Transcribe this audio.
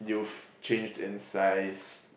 you've changed in size